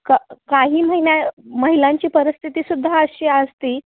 का काही महिन्या महिलांची परिस्थिती सुद्धा अशी असते